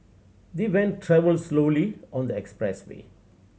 the van travelled slowly on the expressway